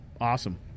awesome